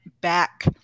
back